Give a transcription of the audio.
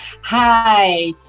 hi